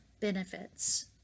benefits